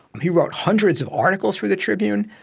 he wrote hundreds of articles for the tribune.